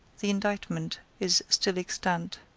the indictment is still extant.